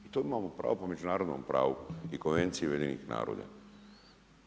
I to imamo pravo po međunarodnom pravu i Konvenciji UN-a.